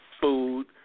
food